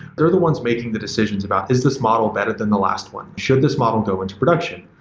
they're the ones making the decisions about, is this model better than the last one? should this model go into production?